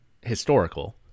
historical